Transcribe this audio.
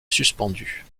suspendues